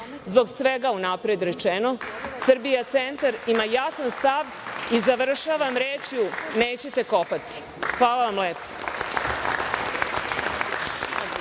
Zbog svega unapred rečeno „Srbija centar“ ima jasan stav. Završavam rečju, nećete kopati. Hvala vam lepo.